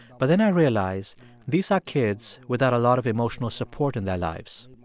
but then i realize these are kids without a lot of emotional support in their lives.